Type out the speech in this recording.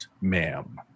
ma'am